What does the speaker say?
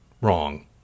wrong